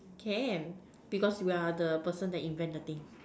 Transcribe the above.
can because we are the person that invent the thing